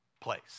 place